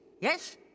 Yes